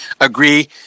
agree